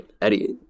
Eddie